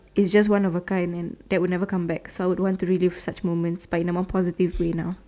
is just one of the kind and that will never come back so I don't want to reduce such moment but in the one point I feel grey now